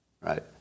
right